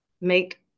make